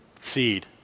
seed